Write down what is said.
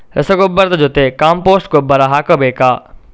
ರಸಗೊಬ್ಬರದ ಜೊತೆ ಕಾಂಪೋಸ್ಟ್ ಗೊಬ್ಬರ ಹಾಕಬೇಕಾ?